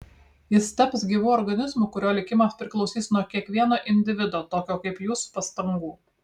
jis taps gyvu organizmu kurio likimas priklausys nuo kiekvieno individo tokio kaip jūs pastangų